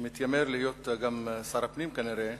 שמתיימר להיות גם שר הפנים כנראה,